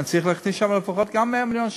אני צריך להכניס גם שם לפחות 100 מיליון שקל,